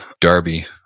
Darby